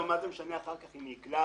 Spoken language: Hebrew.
מה זה משנה אחר כך אם היא עיקלה.